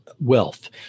wealth